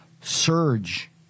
surge